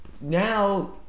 now